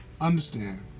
Understand